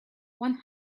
one